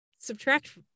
subtract